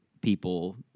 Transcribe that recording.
people